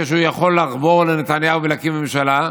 כאשר הוא יכול לחבור לנתניהו ולהקים ממשלה?